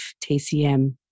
TCM